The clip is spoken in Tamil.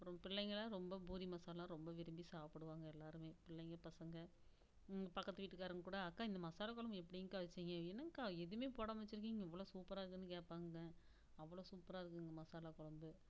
அப்புறம் பிள்ளைங்களான் ரொம்ப பூரி மசாலா ரொம்ப விரும்பி சாப்பிடுவாங்க எல்லோருமே பிள்ளைங்க பசங்க பக்கத்து வீட்டுக்காரங்க கூட அக்கா இந்த மசாலா குழம்பு எப்படிங்க்கா வச்சிங்க என்னங்கக்கா எதுவுமே போடாமல் வச்சுருக்கீங்க இவ்வளோ சூப்பராகருக்குதுன்னு கேட்பாங்க அவ்வளோ சூப்பராகருக்குங்க மசாலா குழம்பு